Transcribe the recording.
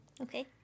okay